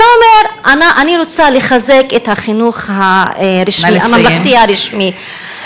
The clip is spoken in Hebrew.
אתה אומר: אני רוצה לחזק את החינוך הממלכתי הרשמי.